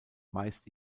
meist